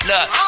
Look